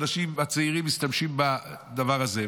האנשים הצעירים משתמשים בדבר הזה.